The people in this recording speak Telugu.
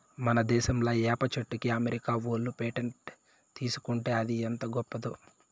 మన దేశంలా ఏప చెట్టుకి అమెరికా ఓళ్ళు పేటెంట్ తీసుకుంటే అది ఎంత గొప్పదో